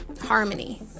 harmony